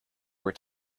were